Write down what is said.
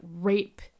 rape